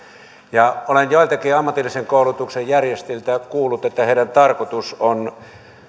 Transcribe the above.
ja olen joiltakin ammatillisen koulutuksen järjestäjiltä kuullut että heidän tarkoituksensa on